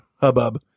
hubbub